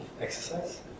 exercise